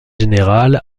général